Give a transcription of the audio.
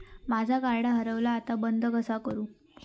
माझा कार्ड हरवला आता बंद कसा करू?